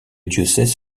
diocèse